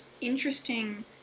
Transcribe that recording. interesting